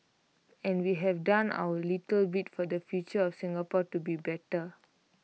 and we have done our little bit for the future of Singapore to be better